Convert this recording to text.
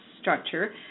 structure